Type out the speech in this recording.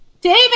David